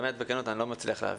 בכנות, אני לא מצליח להבין.